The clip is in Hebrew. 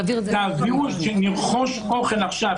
תעבירו שנרכוש אוכל עכשיו,